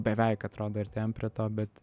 beveik atrodo artėjam prie to bet